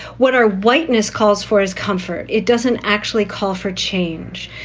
what our whiteness calls for, his comfort. it doesn't actually call for change.